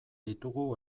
ditugu